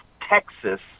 Texas